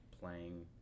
playing